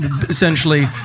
Essentially